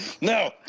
No